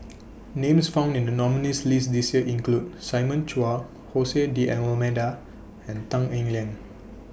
Names found in The nominees' list This Year include Simon Chua Jose D'almeida and Tan Eng Liang